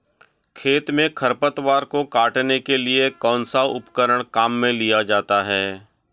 खेत में खरपतवार को काटने के लिए कौनसा उपकरण काम में लिया जाता है?